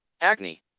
Acne